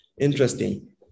interesting